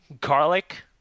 Garlic